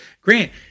Grant